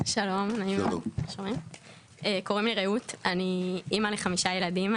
שלום, קוראים לי רעות, אני אימא לחמישה ילדים.